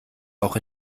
auch